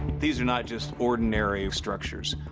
these are not just ordinary structures.